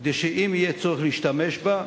כדי שאם יהיה צורך להשתמש בה,